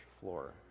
floor